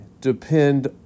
depend